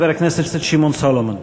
חבר הכנסת שמעון סולומון.